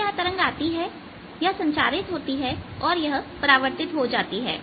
तो यह तरंग आती है यह संचारित होती है और यह परावर्तित हो जाती है